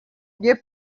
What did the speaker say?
mnie